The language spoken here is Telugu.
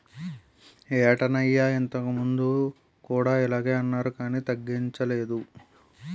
ఏటన్నయ్యా ఇంతకుముందు కూడా ఇలగే అన్నారు కానీ తగ్గించలేదు